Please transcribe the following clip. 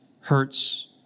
hurts